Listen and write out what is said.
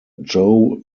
joe